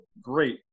great